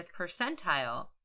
percentile